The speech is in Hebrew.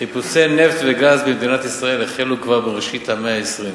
חיפושי נפט וגז במדינת ישראל החלו כבר בראשית המאה ה-20,